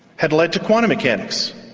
had led to quantum mechanics,